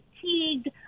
fatigued